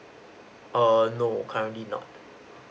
err no currently not